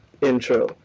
intro